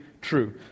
true